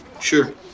Sure